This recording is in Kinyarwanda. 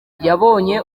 yabonye